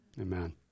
Amen